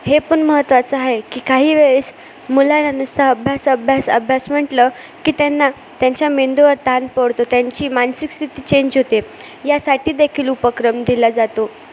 हे पण महत्त्वाचं आहे की काही वेळेस मुलांना नुसा अभ्यास अभ्यास अभ्यास म्हटलं की त्यांना त्यांच्या मेंदूवर ताण पडतो त्यांची मानसिक स्थिती चेंज होते यासाठी देखील उपक्रम दिला जातो